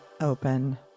open